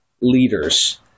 leaders